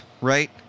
right